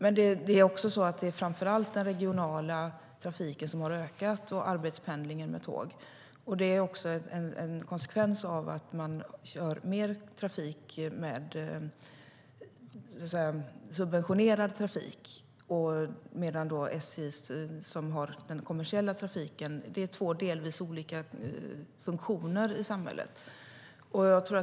Men det är framför allt den regionala trafiken och arbetspendlingen med tåg som har ökat. Det är en konsekvens av att man kör mer subventionerad trafik. Den och SJ, som har den kommersiella trafiken, är två olika funktioner i samhället.